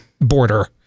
border